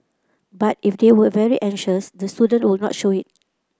but if they were very anxious the students will not show it